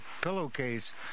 pillowcase